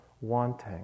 wanting